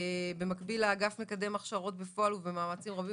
כתוב - במקביל האגף מקדם הכשרות בפועל ובמאמצים רבים